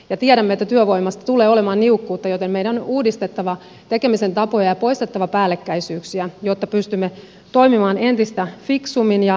tiedämme että työvoimasta tulee olemaan niukkuutta joten meidän on uudistettava tekemisen tapoja ja poistettava päällekkäisyyksiä jotta pystymme toimimaan entistä fiksummin ja tehokkaammin